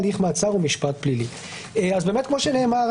הליך מעצר ומשפט פלילי"." אז באמת כמו שנאמר,